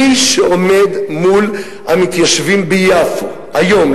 מי שעומד מול המתיישבים ביפו היום,